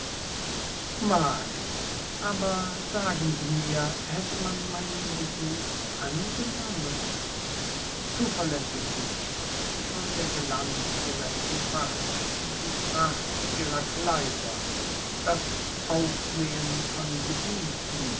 mags aber sagen sie mir hätte man meinen besuch angenommen zuverlässig nicht schon der glanz ihrer equipage die pracht ihrer kleider das aufsehen von bedienten